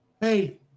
hey